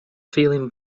feeling